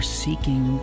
seeking